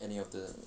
any of the